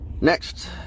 Next